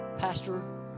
Pastor